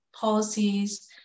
policies